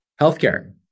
Healthcare